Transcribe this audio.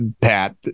Pat